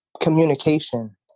communication